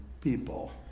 people